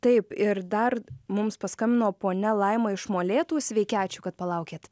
taip ir dar mums paskambino ponia laima iš molėtų sveiki ačiū kad palaukėt